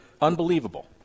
unbelievable